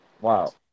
Wow